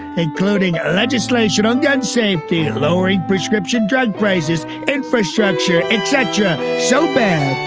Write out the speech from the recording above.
including legislation on gun safety lowering prescription drug prices infrastructure etc. so bang.